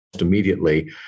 immediately